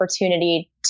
opportunity